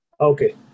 Okay